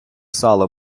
сало